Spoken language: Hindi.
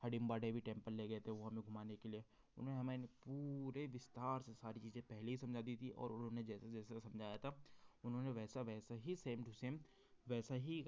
हडिम्बा देवी टेम्पल ले गए थे वो हमें घुमाने के लिए उन्होंने हमें पूरे विस्तार से सारी चीज़ें पहले ही समझा दी थी और उन्होंने जैसे जैसे समझाया था उन्होंने वैसा वैसा ही सेम टू सेम वैसा ही